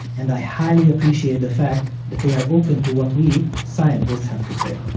and i highly appreciate the fact that they are open to what we, scientists have to say.